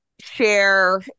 share